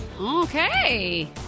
Okay